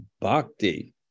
bhakti